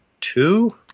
two